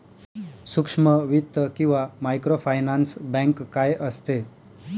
सूक्ष्म वित्त किंवा मायक्रोफायनान्स बँक काय असते?